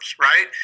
right